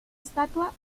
estatua